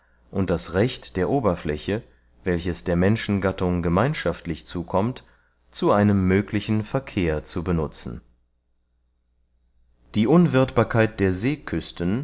und das recht der oberfläche welches der menschengattung gemeinschaftlich zukommt zu einem möglichen verkehr zu benutzen die unwirthbarkeit der